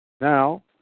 Now